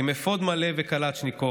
עם אפוד מלא וקלצ'ניקוב,